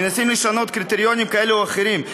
מנסים לשנות קריטריונים כאלה ואחרים.